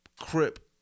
crip